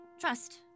trust